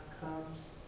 comes